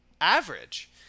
average